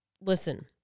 listen